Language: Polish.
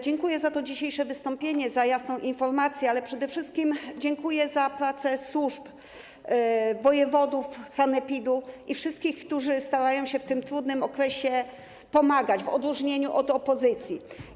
Dziękuję za to dzisiejsze wystąpienie, za jasną informację, ale przede wszystkim dziękuję za pracę służb, wojewodów, sanepidu i wszystkich, którzy starają się w tym trudnym okresie pomagać, w odróżnieniu od opozycji.